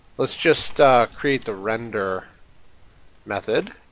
let's just create the render method,